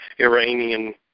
Iranian